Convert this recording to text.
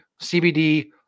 CBD